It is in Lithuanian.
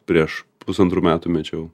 prieš pusantrų metų mečiau